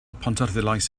pontarddulais